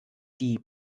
die